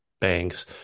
banks